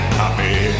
happy